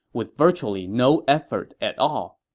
with virtually no effort at all